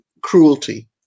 cruelty